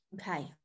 okay